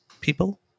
people